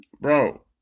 bro